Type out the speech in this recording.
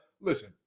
Listen